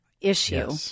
issue